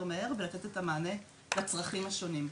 מהר ועל מנת לתת את המענה לצרכים השונים.